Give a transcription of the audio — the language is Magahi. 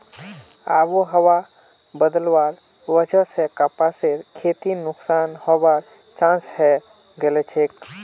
आबोहवा बदलवार वजह स कपासेर खेती नुकसान हबार चांस हैं गेलछेक